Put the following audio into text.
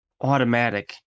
automatic